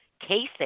casing